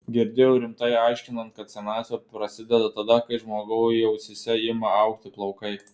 girdėjau rimtai aiškinant kad senatvė prasideda tada kai žmogui ausyse ima augti plaukai